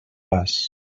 pas